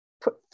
put